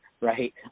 right